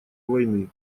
войны